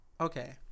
Okay